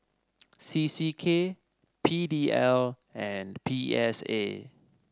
C C K P D L and P S A